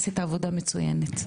עשית עבודה מצוינת,